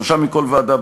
שלושה מכל ועדה,